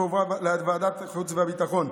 והועברה לוועדת החוץ והביטחון.